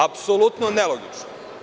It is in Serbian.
Apsolutno nelogično.